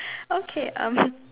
okay um